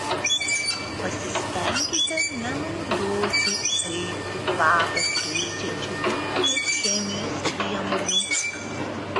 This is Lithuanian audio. pasistenkite nenaudoti aitrų kvapą skleidžiančių buitinės chemijos priemonių